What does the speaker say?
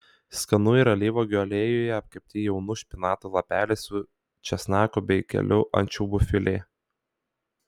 skanu ir alyvuogių aliejuje apkepti jaunų špinatų lapeliai su česnaku bei kelių ančiuvių filė